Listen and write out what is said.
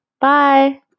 Bye